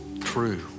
true